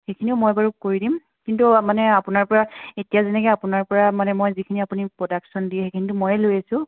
সেইখিনিও মই বাৰু কৰি দিম কিন্তু মানে আপোনাৰ পৰা এতিয়া যেনেকৈ আপোনাৰ পৰা মানে মই যিখিনি আপুনি প্ৰডাকশ্যন দিয়ে সেইখিনিতো ময়েই লৈ আছোঁ